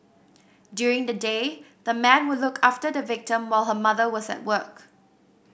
during the day the man would look after the victim while her mother was at work